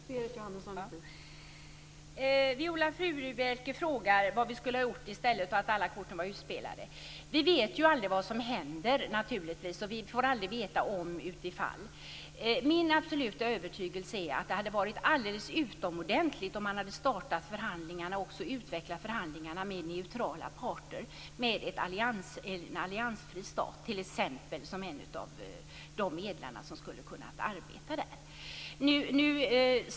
Fru talman! Viola Furubjelke frågar vad man skulle ha gjort om inte alla korten var utspelade. Vi vet naturligtvis inte vad som skulle ha hänt, och vi får aldrig veta det. Min absoluta övertygelse är den att det hade varit alldeles utomordentligt om man hade startat och utvecklat förhandlingarna med neutrala parter, t.ex. med en alliansfri stat som skulle ha kunnat arbeta där som medlare.